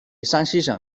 山西省